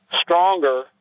Stronger